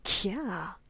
Yeah